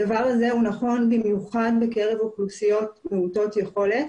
הדבר הזה הוא נכון במיוחד בקרב אוכלוסיות מעוטות יכולת